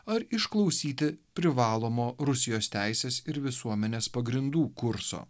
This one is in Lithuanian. ar išklausyti privalomo rusijos teisės ir visuomenės pagrindų kurso